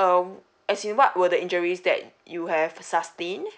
um as in what were the injuries that you have sustain